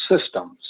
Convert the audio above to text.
Systems